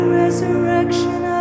resurrection